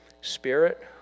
Spirit